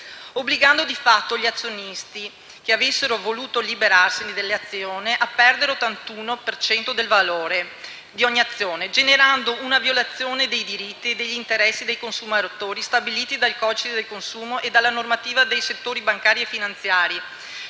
obbligando di fatto gli azionisti che avessero voluto liberarsi delle azioni a perdere l'81 per cento del valore di ogni azione e generando una violazione dei diritti e degli interessi dei consumatori, stabiliti dal codice del consumo e dalla normativa dei settori bancario e finanziario.